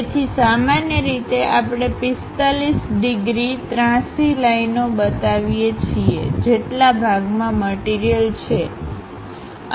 તેથી સામાન્ય રીતે આપણે 45 ડિગ્રી ત્રાસી લાઇનઓ બતાવીએ છીએ જેટલા ભાગમાં મટીરીયલછે